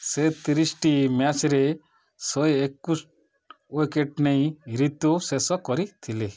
ସେ ତିରିଶଟି ମ୍ୟାଚ୍ରେ ଶହେ ଏକୋଇଶ ୱିକେଟ୍ ନେଇ ଋତୁ ଶେଷ କରିଥିଲେ